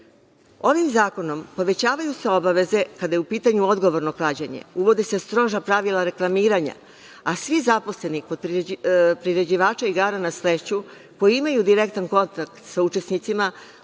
zakonom povećavaju se obaveze kada je u pitanju odgovorno klađenje, uvode se stroža pravila reklamiranja, a svi zaposleni kod priređivača igara na sreću koji imaju direktan kontakt sa učesnicima